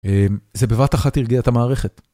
זה בבת אחת הרגיע את המערכת.